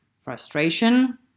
frustration